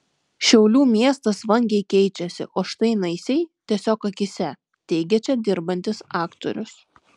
šiaulių miestas vangiai keičiasi o štai naisiai tiesiog akyse teigia čia dirbantis aktorius